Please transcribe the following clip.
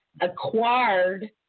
acquired